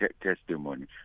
testimony